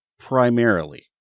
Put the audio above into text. Primarily